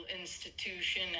institution